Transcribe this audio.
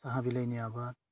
साहा बिलाइनि आबाद